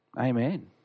Amen